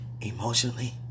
emotionally